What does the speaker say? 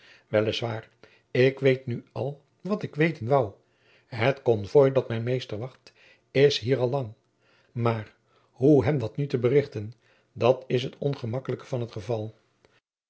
waar ik weet nu al wat ik weten woû het konvooi dat mijn meester wacht is hier al lang maar hoe hem dat nu te berichten dat is het ongemakkelijke van t geval